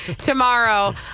tomorrow